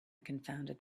confounded